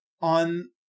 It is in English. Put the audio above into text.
on